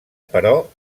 però